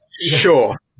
Sure